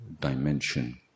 dimension